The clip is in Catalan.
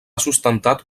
sustentat